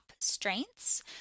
strengths